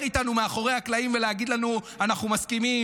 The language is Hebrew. איתנו מאחורי הקלעים ולהגיד לנו: אנחנו מסכימים,